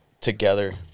together